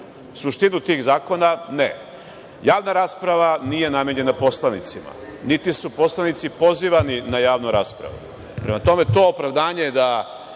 suštinu tih zakona? Ne. Javna rasprava nije namenjena poslanicima, niti su poslanici pozivani na javnu raspravu. Prema tome, to opravdanje da